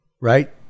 right